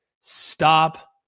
Stop